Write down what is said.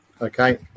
Okay